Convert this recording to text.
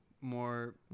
more